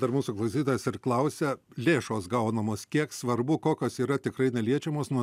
dar mūsų klausytojas ir klausia lėšos gaunamos kiek svarbu kokios yra tikrai neliečiamos nuo